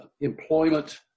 employment